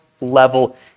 level